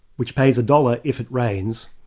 which pays a dollar if it rains,